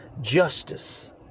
Justice